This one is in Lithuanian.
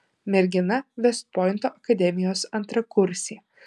mergina vest pointo akademijos antrakursė